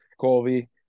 Colby